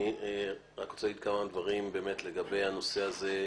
אני רק אגיד כמה דברים באמת לגבי הנושא הזה.